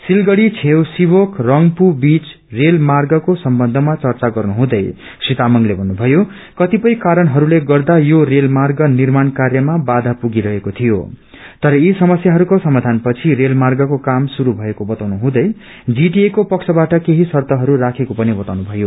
सिलगढ़ी छेउ सेवक रंग्पू बीच रेल मार्गको सम्बन्धमा चर्चा गर्नुहँदै श्री तामाङ्ले थत्रुभयो कतिपय कारणहस्ले गर्दा यो रेलमार्ग निर्माण कार्यमा बाबा पुगिरहेको थियो तर यी समस्याहरूको समाबान पछि रेलमार्गको काम श्रुरू षएको बताउनुहुँदै जीटीएको पक्षबाट केही शर्तहरू राखेको पनि बताउनु थयो